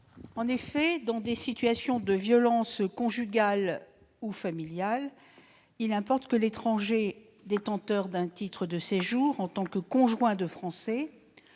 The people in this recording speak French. rectifié. Dans des situations de violences conjugales ou familiales, il importe que l'étranger détenteur d'un titre de séjour en tant que conjoint de Français